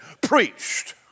preached